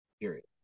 period